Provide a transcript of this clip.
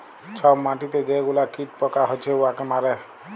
ছব মাটিতে যে গুলা কীট পকা হছে উয়াকে মারে